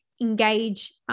engage